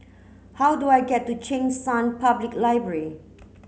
how do I get to Cheng San Public Library